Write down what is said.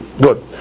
good